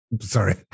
Sorry